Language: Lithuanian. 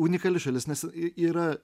unikali šalis nes yra